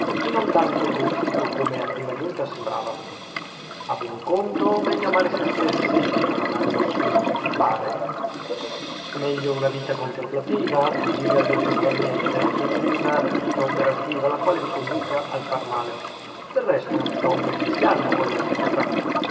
e non tanto egoistico come a prima giunta sembrava a buon conto meglio amare sè stessi che non amare nessuno vi pare è meglio una vita contemplativa che giri al dolce far niente che una vita operativa la quale vi conduca al far male del resto che obblighi si hanno con la società